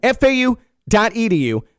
FAU.edu